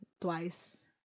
twice